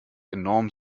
enorm